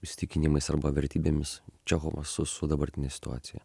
įsitikinimais arba vertybėmis čechovas su su dabartine situacija